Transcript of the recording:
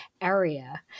area